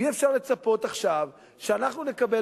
אי-אפשר לצפות עכשיו שאנחנו נקבל,